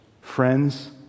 Friends